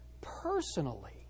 personally